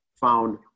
found